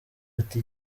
ati